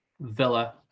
Villa